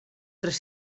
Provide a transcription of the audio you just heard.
tres